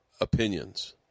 opinions